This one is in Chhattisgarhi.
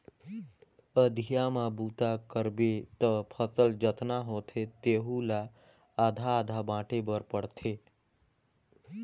अधिया म बूता करबे त फसल जतना होथे तेहू ला आधा आधा बांटे बर पड़थे